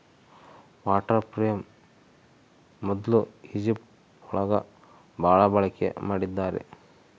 water frame ಮೊದ್ಲು Egypt ಒಳಗ ಭಾಳ ಬಳಕೆ ಮಾಡಿದ್ದಾರೆ